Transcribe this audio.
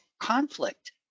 Conflict